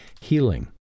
healing